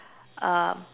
um